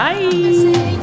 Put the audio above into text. Bye